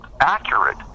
accurate